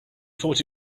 thought